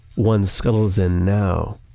one scuttles in now,